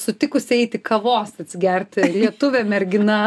sutikusi eiti kavos atsigerti lietuvė mergina